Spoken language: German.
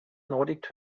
nordic